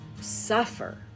suffer